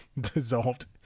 dissolved